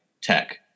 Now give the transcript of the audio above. tech